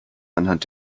anhand